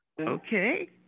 okay